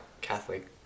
Catholic